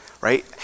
right